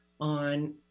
on